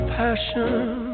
passion